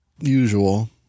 usual